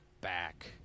back